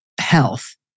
health